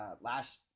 Last